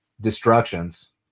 destructions